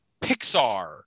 pixar